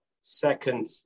second